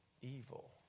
evil